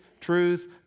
truth